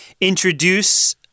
introduce